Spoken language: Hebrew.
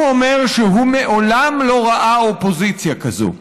הוא אומר שהוא מעולם לא ראה אופוזיציה כזאת.